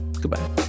Goodbye